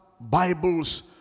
Bibles